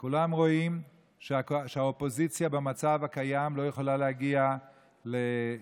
כולם רואים שהאופוזיציה במצב הקיים לא יכולה להגיע ל-61.